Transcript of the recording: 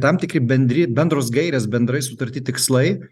tam tikri bendri bendros gairės bendrai sutarti tikslai